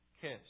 kiss